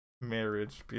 marriage